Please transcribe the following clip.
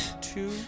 two